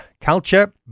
Culture